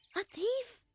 a thief?